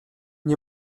nie